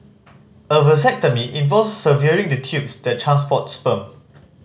a vasectomy involves severing the tubes that transport sperm